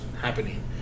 happening